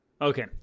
Okay